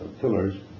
pillars